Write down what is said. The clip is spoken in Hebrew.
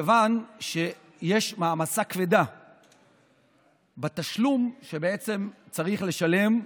כיוון שיש מעמסה כבדה בתשלום שצריך לשלם.